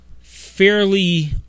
fairly